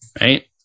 Right